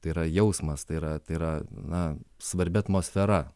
tai yra jausmas tai yra tai yra na svarbi atmosfera